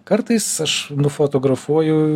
kartais aš nufotografuoju